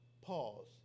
pause